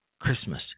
Christmas